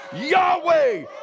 Yahweh